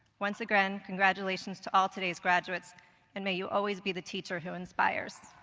once again, congratulations to all today's graduates and may you always be the teacher who inspires.